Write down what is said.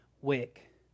wick